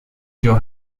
your